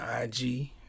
IG